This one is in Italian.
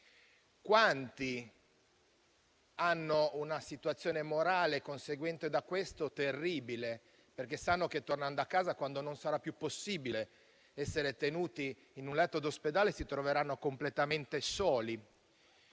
vivono una situazione psicologica terribile, perché sanno che tornando a casa, quando non sarà più possibile essere tenuti in un letto d'ospedale, si troveranno completamente soli,